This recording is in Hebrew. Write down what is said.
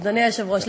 אדוני היושב-ראש,